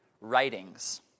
writings